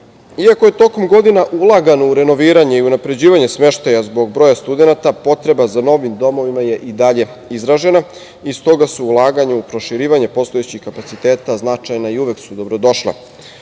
je tokom godina ulagano u renoviranje i unapređivanje smeštaja zbog broja studenata potreba za novim domovima je i dalje izražena i stoga su ulaganja u proširivanje postojećih kapaciteta značajna i uvek su dobrodošla.